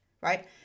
right